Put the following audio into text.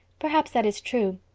perhaps that is true.